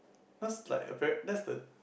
cause like apparen~ that's the